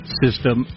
system